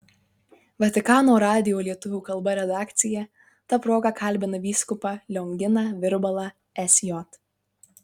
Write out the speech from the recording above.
vatikano radijo lietuvių kalba redakcija ta proga kalbina vyskupą lionginą virbalą sj